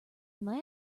than